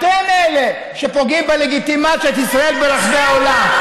אתם אלה שפוגעים בלגיטימציה של ישראל ברחבי העולם,